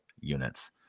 units